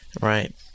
right